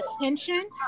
attention